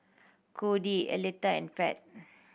Codie Alethea and Pat